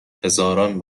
هزاران